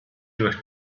durch